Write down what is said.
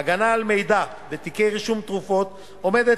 ההגנה על מידע בתיקי רישום תרופות עומדת